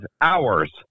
hours